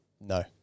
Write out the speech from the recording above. No